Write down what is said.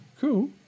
cool